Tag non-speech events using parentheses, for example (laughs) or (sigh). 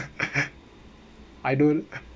(laughs) I don't